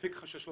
להפיג חששות,